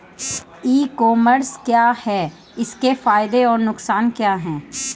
ई commerce क्या है इसके फायदे और नुकसान क्या है?